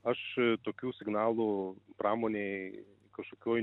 aš tokių signalų pramonėj kažkokioj